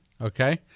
Okay